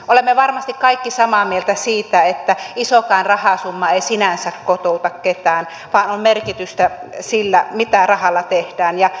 olemme varmasti kaikki samaa mieltä siitä että isokaan rahasumma ei sinänsä kotouta ketään vaan on merkitystä sillä mitä rahalla tehdään